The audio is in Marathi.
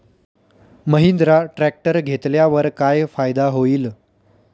महिंद्रा ट्रॅक्टर घेतल्यावर काय फायदा होईल?